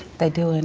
they do any,